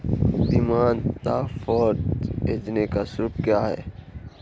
Demand draft भेजने का शुल्क क्या है?